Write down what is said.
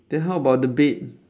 then how about the bait